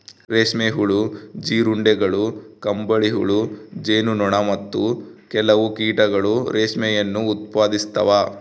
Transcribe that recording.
ರೇಷ್ಮೆ ಹುಳು, ಜೀರುಂಡೆಗಳು, ಕಂಬಳಿಹುಳು, ಜೇನು ನೊಣ, ಮತ್ತು ಕೆಲವು ಕೀಟಗಳು ರೇಷ್ಮೆಯನ್ನು ಉತ್ಪಾದಿಸ್ತವ